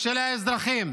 של האזרחים.